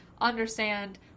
understand